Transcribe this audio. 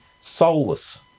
soulless